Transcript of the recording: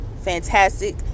fantastic